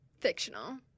Fictional